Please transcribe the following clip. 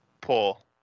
Pull